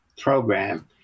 program